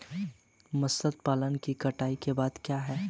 मत्स्य पालन में कटाई के बाद क्या है?